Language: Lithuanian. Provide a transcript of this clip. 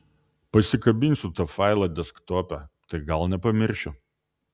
pasikabinsiu tą failą desktope tai gal nepamiršiu